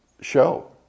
show